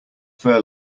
fur